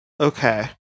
Okay